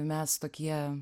mes tokie